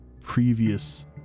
previous